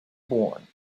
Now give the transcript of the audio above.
born